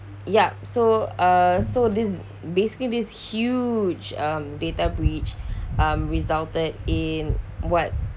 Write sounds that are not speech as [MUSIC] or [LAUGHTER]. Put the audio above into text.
ya so uh so this is basically this huge um data breach [BREATH] resulted in what